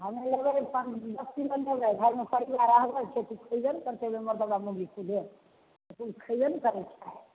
खैबे ने करतै मरदबा मउगी छै जे पुरुख खैबे ने करै छै